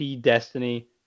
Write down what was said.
Destiny